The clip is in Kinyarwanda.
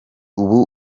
ubu